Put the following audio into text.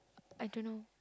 I don't know